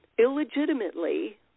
illegitimately